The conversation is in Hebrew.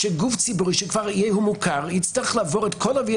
שגוף ציבורי שהוא כבר מוכר יצטרך לעבור את כל הוויה